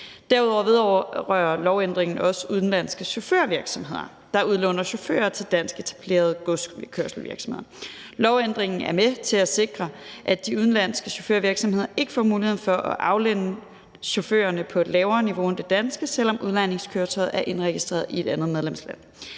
Derudover vedrører lovændringen også udenlandske chaufførvirksomheder, der udlåner chauffører til dansk etablerede godskørselsvirksomheder. Lovændringen er med til at sikre, at de udenlandske chaufførvirksomheder ikke får muligheden for at aflønne chaufførerne på et lavere niveau end det danske, selv om udlejningskøretøjet er indregistreret i et andet medlemsland.